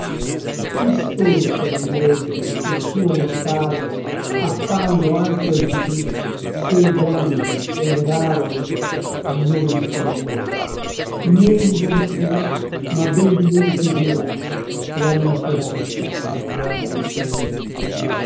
chi stolto non direbbe il tuo mortale affanno anche oggidì se il grande e il raro ha nome di follia né livor più ma ben di lui più dura la noncuranza avviene ai sommi